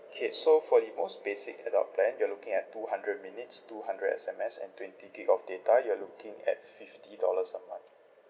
okay so for the most basic adult plan you're looking at two hundred minutes two hundred S_M_S and twenty gig of data you're looking at fifty dollars a month